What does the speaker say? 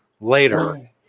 later